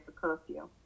curfew